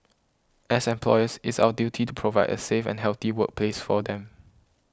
as employers it's our duty to provide a safe and healthy workplace for them